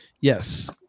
Yes